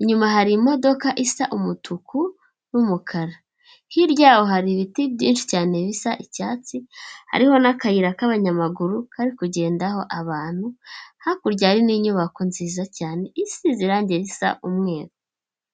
inyuma hari imodoka isa umutuku n'umukara, hirya yaho hari ibiti byinshi cyane bisa icyatsi, hariho n'akayira k'abanyamaguru kari kugendaho abantu, hakurya n'inyubako nziza cyane isize irangi risa umweru.